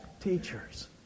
teachers